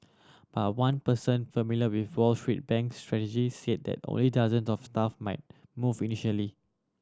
but one person familiar with Wall Street bank's strategy said that only dozens of staff might move initially